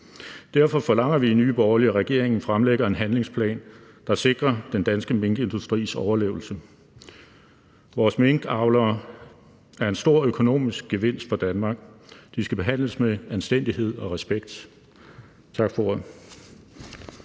Derfor forlanger vi i Nye Borgerlige, at regeringen fremlægger en handlingsplan, der sikrer den danske minkindustris overlevelse. Vores minkavlere er en stor økonomisk gevinst for Danmark, de skal behandles med anstændighed og respekt. Tak for ordet.